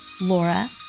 Laura